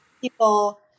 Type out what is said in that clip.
people